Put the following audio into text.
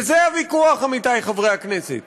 וזה הוויכוח, עמיתי חברי הכנסת.